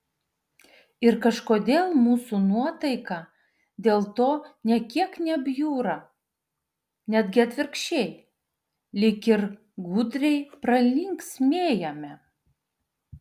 ir kažkodėl mūsų nuotaika dėl to nė kiek nebjūra netgi atvirkščiai lyg ir gudriai pralinksmėjame